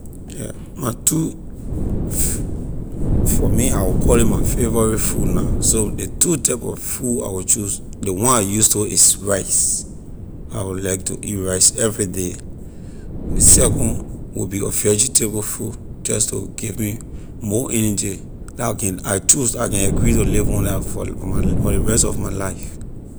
Yeah, my two for me I will call ley my favorite food na so ley two type of food I will choose ley one I use to is rice. I will like to eat rice everyday ley second will be a vegetable food just to give me more energy I can I choose I can agree to live on la food for ley for my for ley rest of my life